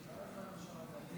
חבריי חברי